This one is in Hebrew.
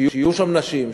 שיהיו שם נשים,